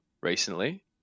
recently